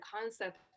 concept